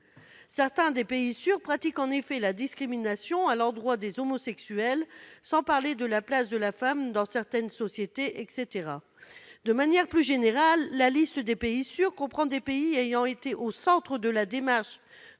personnelles. Des pays sûrs pratiquent en effet la discrimination à l'endroit des homosexuels, sans parler de la place de la femme dans certaines sociétés ... De manière plus générale, la liste des pays sûrs comprend des pays ayant été au centre de la démarche